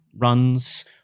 runs